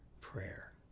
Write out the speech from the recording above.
prayer